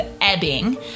ebbing